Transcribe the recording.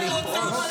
אבל למה לכעוס?